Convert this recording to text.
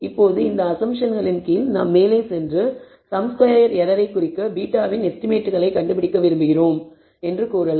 இப்போது இந்த அஸம்ப்ஷனின் கீழ் நாம் மேலே சென்று சம் ஸ்கொயர் எரரை குறைக்க β இன் எஸ்டிமேட்களைக் கண்டுபிடிக்க விரும்புகிறோம் என்று கூறலாம்